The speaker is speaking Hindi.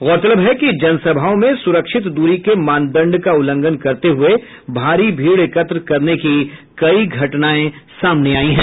गौरतलब है कि जनसभाओं में सुरक्षित दूरी के मानदंड का उल्लंघन करते हुए भारी भीड़ एकत्र करने की कई घटनाएं सामने आयी हैं